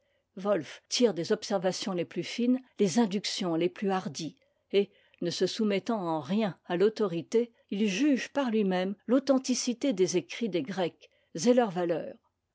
tire des observations les plus fines les inductions les plus hardies et ne se soumettant en rien à l'autorité il juge par lui-même l'authenticité des écrits des grecs et leur valeur